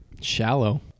shallow